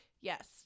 yes